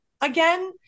again